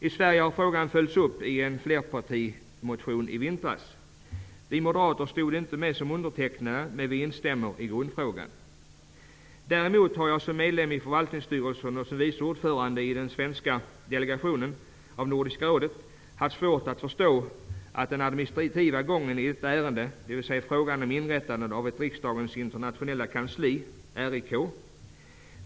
I Sverige har frågan följts upp i en flerpartimotion från i vintras. Vi moderater stod inte med som undertecknare, men vi instämmer i grundfrågan. Däremot har jag som medlem i förvaltningsstyrelsen och som vice ordförande i Nordiska rådets svenska delegation haft svårt att förstå den administrativa gången i detta ärende, dvs. frågan om inrättandet av ett riksdagens internationella kansli, RIK.